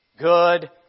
good